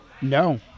No